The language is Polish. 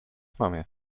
mamie